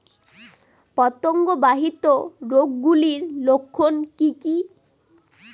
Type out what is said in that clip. পতঙ্গ বাহিত রোগ গুলির লক্ষণ কি কি?